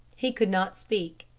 he could not speak.